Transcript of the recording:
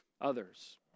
others